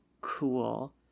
cool